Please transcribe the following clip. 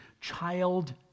child